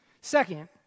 Second